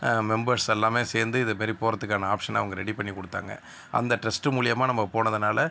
members எல்லாமே சேர்ந்து இதுமாரி போகிறதுக்கான ஆப்ஷனை அவங்க ரெடி பண்ணிக் கொடுத்தாங்க அந்த ட்ரெஸ்ட்டு மூலயமா நம்ம போனதனால